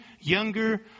younger